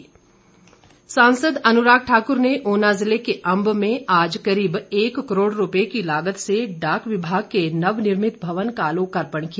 अनुराग ठाकुर सासंद अनुराग ठाकुर ने ऊना जिले के अंब में आज करीब एक करोड रूपये की लागत से डाक विभाग के नवनिर्मित भवन का लोकार्पण किया